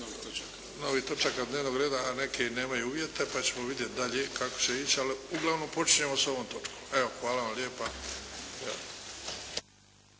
novih točaka dnevnog reda a neke i nemaju uvjete pa ćemo vidjeti dalje kako će ići. Ali uglavnom, počinjemo sa ovom točkom. Hvala vam lijepa.